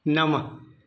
नव